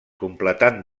completant